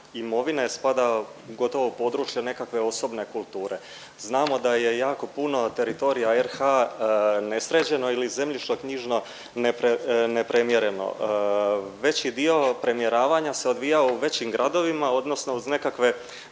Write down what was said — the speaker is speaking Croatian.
imovine spada gotovo u područje nekakve osobne kulture. Znamo da je jako puno teritorija RH nesređeno ili zemljišnoknjižno ne premjereno. Veći dio premjeravanja se odvijao u većim gradovima odnosno uz nekakve